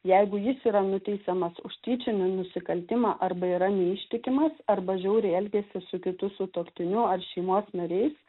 jeigu jis yra nuteisiamas už tyčinį nusikaltimą arba yra neištikimas arba žiauriai elgiasi su kitu sutuoktiniu ar šeimos nariais